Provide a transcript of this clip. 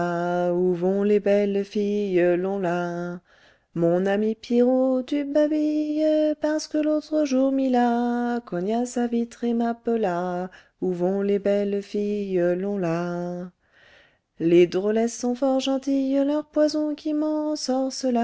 où vont les belles filles mon ami pierrot tu babilles parce que l'autre jour mila cogna sa vitre et m'appela où vont les belles filles les drôlesses sont fort gentilles leur poison qui